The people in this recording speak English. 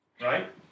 Right